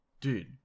Dude